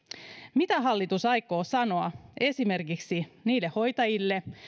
mitä hallitus aikoo sanoa esimerkiksi niille hoitajille